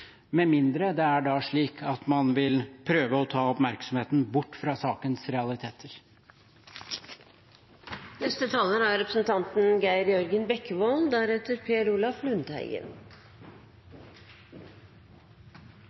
med mindre det da er slik at man vil prøve å ta oppmerksomheten bort fra sakens realiteter. Kristelig Folkeparti er